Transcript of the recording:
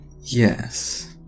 Yes